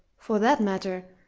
for that matter,